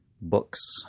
books